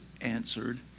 answered